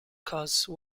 cause